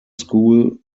school